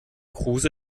kruse